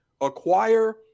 acquire